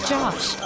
Josh